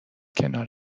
کنار